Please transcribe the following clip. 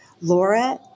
Laura